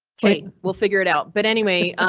ok, we'll figure it out. but anyway,